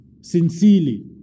sincerely